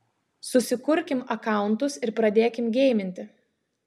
susikurkim akauntus ir pradėkim geiminti